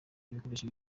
ibikoresho